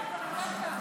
חבר הכנסת אשר,